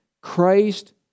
Christ